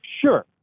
sure